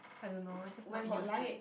I don't know I'm just not used to it